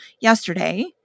yesterday